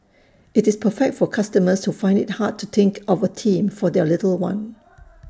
IT is perfect for customers who find IT hard to think of A theme for their little one